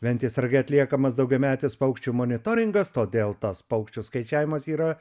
ventės rage atliekamas daugiametis paukščių monitoringas todėl tas paukščių skaičiavimas yra